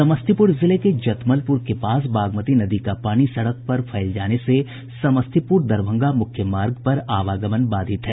समस्तीपुर जिले के जतमलपुर के पास बागमती नदी का पानी सड़क पर फैल जाने से समस्तीपुर दरभंगा मुख्य मार्ग पर आवागमन बाधित है